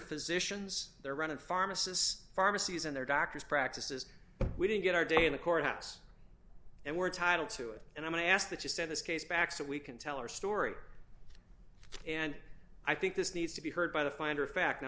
physicians they're running pharmacists pharmacies and their doctors practices we didn't get our day in the courthouse and we're title to it and i ask that you send this case back so we can tell our story and i think this needs to be heard by the finder of fact no